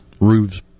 roofs